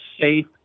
safe